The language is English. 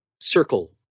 circle